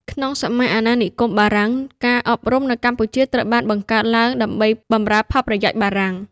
ក្នុងសម័យអាណានិគមបារាំង ការអប់រំនៅកម្ពុជាត្រូវបានបង្កើតឡើងដើម្បីបម្រើផលប្រយោជន៍បារាំង។